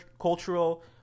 cultural